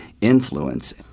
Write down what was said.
influence